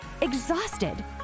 exhausted